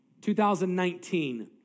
2019